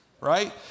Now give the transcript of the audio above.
right